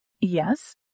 Yes